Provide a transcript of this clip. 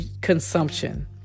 consumption